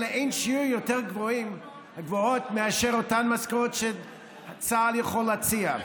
לאין-שיעור יותר גבוהות מאשר אותן משכורות שצה"ל יכול להציע?